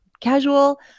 casual